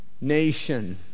nation